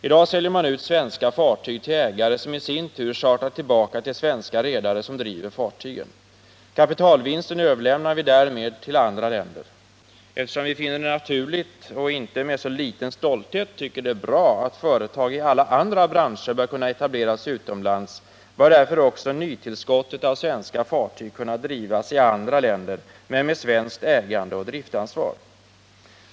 I dag säljer man ut svenska fartyg till redare, som i sin tur chartrar dem tillbaka till svenska redare som driver fartygen. Kapitalvinsten överlämnar vi därmed till andra länder. Eftersom vi finner det naturligt och med inte så liten stolthet tycker att det är bra att företag i alla andra branscher bör kunna etablera sig utomlands, bör därför också nytillskottet av svenska fartyg kunna drivas i andra länder men med svenskt ägande och driftansvar.